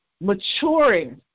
maturing